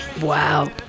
Wow